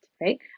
right